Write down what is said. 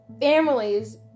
families